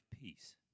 peace